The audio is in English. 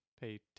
pay